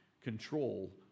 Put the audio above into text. control